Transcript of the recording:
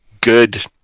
good